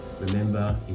Remember